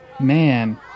man